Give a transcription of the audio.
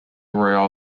royal